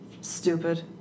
Stupid